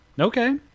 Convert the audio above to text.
Okay